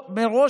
מראש,